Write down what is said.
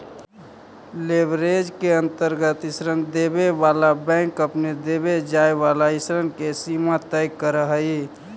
leverage के अंतर्गत ऋण देवे वाला बैंक अपन देवे जाए वाला ऋण के सीमा तय करऽ हई